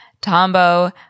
tombo